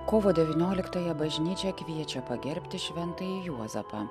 kovo devynioliktąją bažnyčia kviečia pagerbti šventąjį juozapą